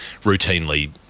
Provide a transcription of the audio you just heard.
routinely